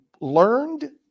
learned